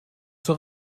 zur